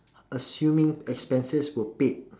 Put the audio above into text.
assuming expenses were paid